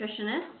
nutritionist